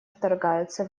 вторгаются